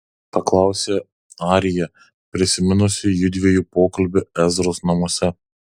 paklausė arija prisiminusi judviejų pokalbį ezros namuose